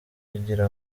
kugira